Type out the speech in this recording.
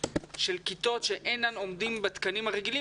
קיימת בעיה של כיתות שאינן עומדות בתקנים הרגילים,